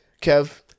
Kev